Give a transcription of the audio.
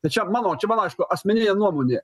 tai čia mano čia mano aišku asmeninė nuomonė